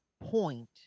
point